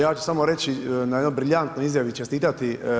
Ja ću samo reći, na jednoj briljantnoj izjavi čestitati.